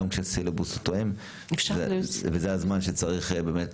גם כשהסילבוס תואם וזה הזמן שבאמת